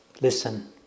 listen